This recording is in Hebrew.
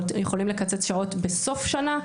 יכולים לקצץ שעות בסוף שנה.